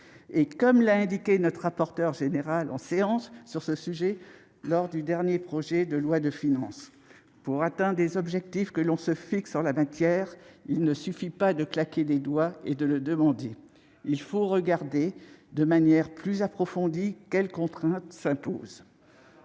la commission des finances, en séance, lors de l'examen du dernier projet de loi de finances, « pour atteindre les objectifs que l'on se fixe en la matière, il ne suffit pas de claquer des doigts et de le demander : il faut regarder de manière plus approfondie quelles contraintes s'imposent